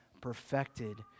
perfected